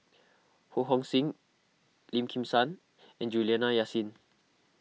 Ho Hong Sing Lim Kim San and Juliana Yasin